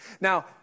now